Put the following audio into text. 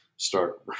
start